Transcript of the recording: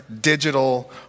digital